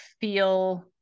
feel